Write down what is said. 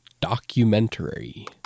Documentary